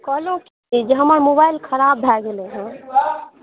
कहलहुँ कि जे हमर मोबाइल खराब भए गेलै हेँ